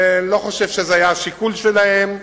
ואני לא חושב שזה היה השיקול שלהם.